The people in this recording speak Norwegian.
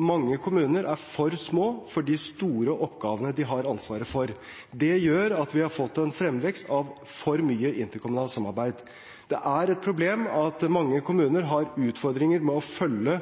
mange kommuner er for små for de store oppgavene de har ansvaret for. Det gjør at vi har fått en fremvekst av for mye interkommunalt samarbeid. Det er et problem at mange kommuner har utfordringer med å følge